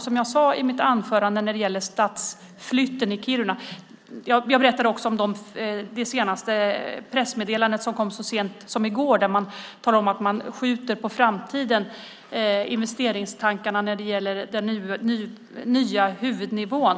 Som jag berättade i mitt anförande när det gäller stadsflytten av Kiruna kom det ett pressmeddelande så sent som i går där man talar om att man skjuter på framtiden investeringstankarna när det gäller den nya huvudnivån.